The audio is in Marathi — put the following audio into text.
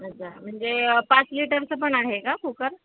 अच्छा म्हणजे पाच लिटरचा पण आहे का कुकर